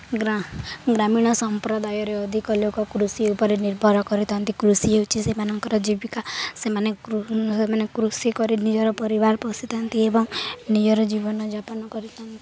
ଗ୍ରାମୀଣ ସମ୍ପ୍ରଦାୟରେ ଅଧିକ ଲୋକ କୃଷି ଉପରେ ନିର୍ଭର କରିଥାନ୍ତି କୃଷି ହେଉଛି ସେମାନଙ୍କର ଜୀବିକା ସେମାନେ ସେମାନେ କୃଷି କରି ନିଜର ପରିବାର ପୋଷିଥାନ୍ତି ଏବଂ ନିଜର ଜୀବନଯାପନ କରିଥାନ୍ତି